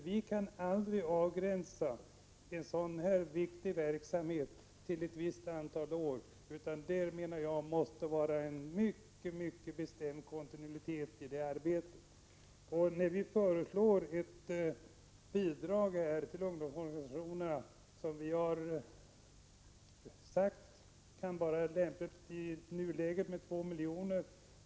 Vi kan aldrig avgränsa en sådan viktig verksamhet till ett visst antal år; det måste, menar jag, vara en mycket bestämd kontinuitet i det arbetet. Vi har föreslagit ett bidrag till ungdomsorganisationerna — vi har ansett att det i nuläget kan vara lämpligt med två miljoner.